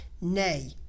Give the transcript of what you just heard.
Nay